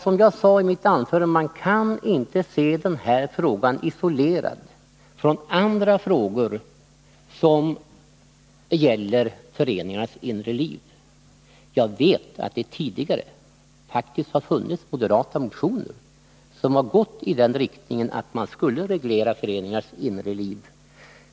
Som jag sade i mitt tidigare anförande kan man inte se denna fråga isolerad från andra frågor som gäller föreningars inre liv. Jag vet att det tidigare faktiskt har väckts moderata motioner i den riktningen — att man skulle reglera föreningars inre liv.